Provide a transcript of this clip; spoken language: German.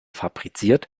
fabriziert